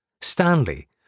Stanley